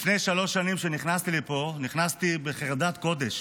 לפני שלוש שנים, כשנכנסתי לפה, נכנסתי בחרדת קודש,